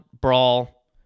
brawl